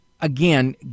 again